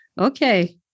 Okay